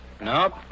Nope